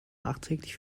nachträglich